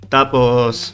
Tapos